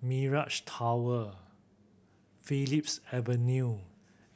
Mirage Tower Phillips Avenue